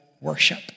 worship